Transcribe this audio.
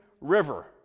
river